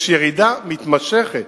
יש ירידה מתמשכת.